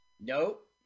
Nope